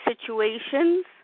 situations